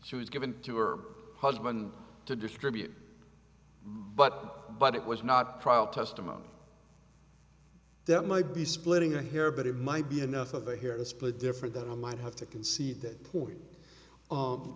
she was given to her husband to distribute but but it was not trial testimony that might be splitting or here but it might be enough of a here to split different that i might have to concede that point